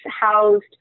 housed